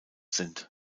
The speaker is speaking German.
sind